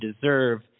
deserve